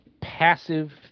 passive